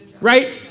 Right